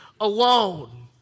alone